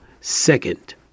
second